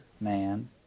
man